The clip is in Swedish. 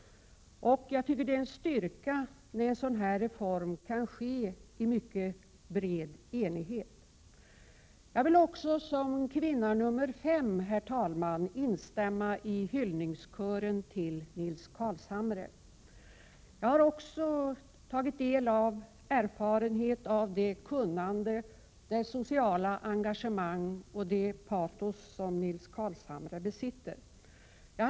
Och jag tycker att det är en styrka när en sådan här reform kan beslutas i mycket bred enighet. Som kvinna nummer fem, herr talman, vill jag instämma i hyllningskören till Nils Carlshamre. Jag har också tagit del av den erfarenhet, det kunnande, det sociala engagemang och det patos som Nils Carlshamre besitter.